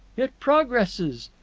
it progresses.